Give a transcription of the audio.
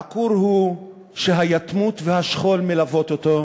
העקור הוא שהיתמות והשכול מלווים אותו.